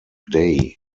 day